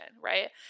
right